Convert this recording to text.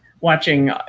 Watching